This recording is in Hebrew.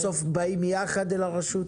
בסוף באים יחד אל הרשות?